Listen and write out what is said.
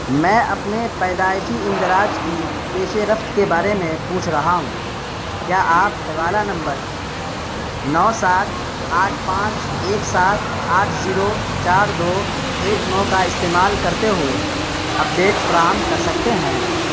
میں اپنے پیدائشی اندراج کی پیش رفت کے بارے میں پوچھ رہا ہوں کیا آپ حوالہ نمبر نو سات آٹھ پانچ ایک سات آٹھ زیرو چار دو ایک نو کا استعمال کرتے ہوئے اپڈیٹ فراہم کر سکتے ہیں